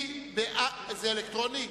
זה אלקטרוני?